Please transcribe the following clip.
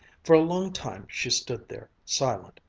for a long time she stood there, silent,